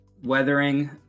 Weathering